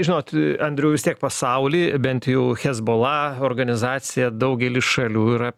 žinot andriau vis tiek pasauly bent jau hezbollah organizacija daugely šalių yra